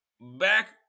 back